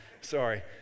Sorry